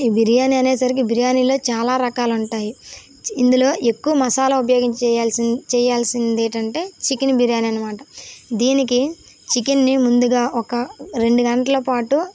ఈ బిర్యానీ అనే సరికి బిర్యానీలో చాలా రకాలు ఉంటాయి ఇందులో ఎక్కువ మసాలా ఉపయోగించి చేయాల్సింది చేయాల్సింది ఏంటంటే చికెన్ బిర్యాని అన్నమాట దీనికి చికెన్ని ముందుగా ఒక రెండు గంటల పాటు